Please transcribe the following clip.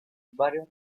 varios